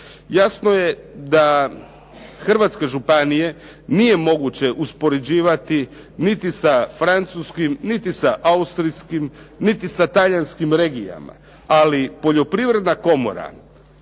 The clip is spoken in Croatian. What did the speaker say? Jasno je da hrvatske županije nije moguće uspoređivati niti sa francuskim, niti sa austrijskim, niti sa talijanskim regijama, ali Poljoprivredna komora